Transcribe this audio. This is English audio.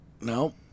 No